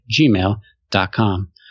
gmail.com